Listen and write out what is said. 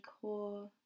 core